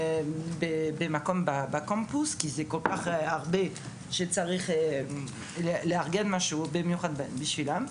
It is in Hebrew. מדובר בקבוצה גדולה שצריך לארגן משהו במיוחד בשבילה.